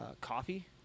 coffee